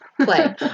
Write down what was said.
play